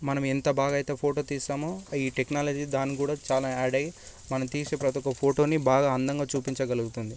మనం ఎంత బాగా అయితే ఫోటో తీస్తామో ఈ టెక్నాలజీ దాన్ని కూడా చాలా యాడ్ అయ్యి మనం తీసే ప్రతి ఒక ఫోటోని బాగా అందంగా చూపించగలుగుతుంది